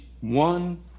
one